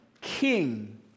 king